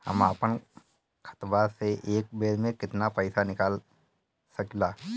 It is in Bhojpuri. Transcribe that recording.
हम आपन खतवा से एक बेर मे केतना पईसा निकाल सकिला?